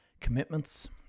commitments